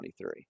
2023